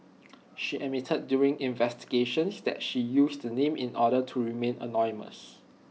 she admitted during investigations that she used the name in order to remain anonymous